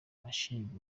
ashinjwa